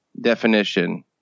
definition